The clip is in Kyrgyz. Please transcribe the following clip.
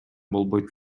болбойт